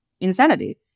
insanity